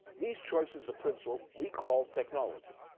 these choices of principle, we call technology,